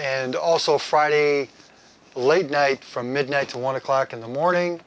and also friday late night from midnight to one o'clock in the morning